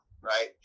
Right